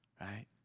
right